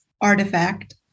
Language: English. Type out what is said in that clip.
artifact